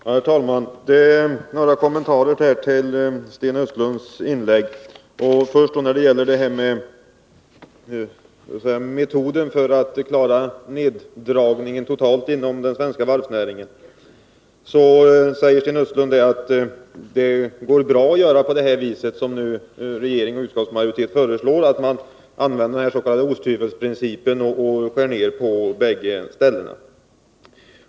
Herr talman! Jag vill göra några kommentarer till Sten Östlunds inlägg. När det först gäller metoden för att klara neddragningen totalt inom den svenska varvsnäringen säger Sten Östlund att det går bra att göra på det vis som regeringen och utskottet föreslår, nämligen att man tillämpar den s.k. osthyvelsprincipen och skär ner på bägge ställena.